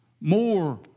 more